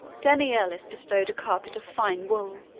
danielis bestowed a carpet of fine wool,